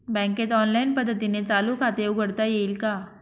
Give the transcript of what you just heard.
बँकेत ऑनलाईन पद्धतीने चालू खाते उघडता येईल का?